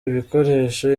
ibikoresho